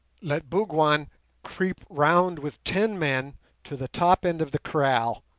let bougwan creep round with ten men to the top end of the kraal,